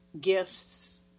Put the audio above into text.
gifts